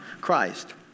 Christ